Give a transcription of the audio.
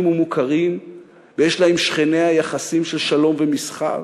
ומוכרים ויש לה עם שכניה יחסים של שלום ומסחר?